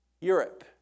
Europe